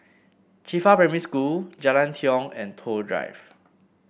Qifa Primary School Jalan Tiong and Toh Drive